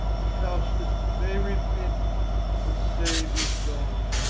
that faustus may repent and save his soul!